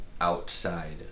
outside